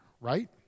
right